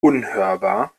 unhörbar